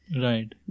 Right